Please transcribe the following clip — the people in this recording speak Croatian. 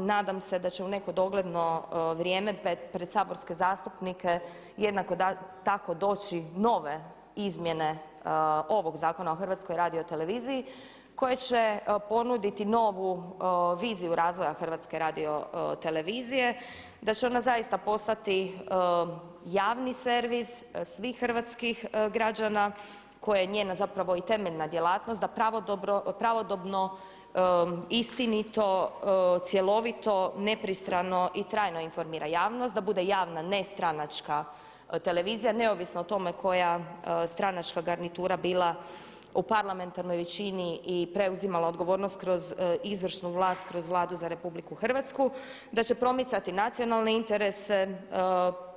Nadam se da će u neko dogledno vrijeme pred saborske zastupnike jednako tako doći nove izmjene ovog Zakona o HRT-u koje će ponuditi novu viziju razvoja HRT-a, da će ona zaista postati javni servis svih hrvatskih građana koje je njena zapravo i temeljna djelatnost da pravodobno, istinito, cjelovito, nepristrano i trajno informira javnost, da bude javna nestranačka televizija neovisno o tome koja stranačka garnitura bila u parlamentarnoj većini i preuzimala odgovornost kroz izvršnu vlast, kroz Vladu za RH, da će promicati nacionalne interese,